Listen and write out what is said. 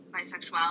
bisexuality